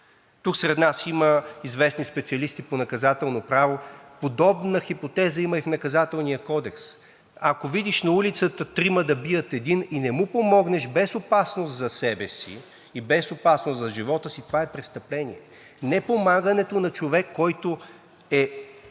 Тук сред нас има известни специалисти по Наказателно право, а подобна хипотеза има и в Наказателния кодекс – ако видиш на улицата трима да бият един и не му помогнеш без опасност за себе си и без опасност за живота си, това е престъпление. Неподпомагането на човек, който е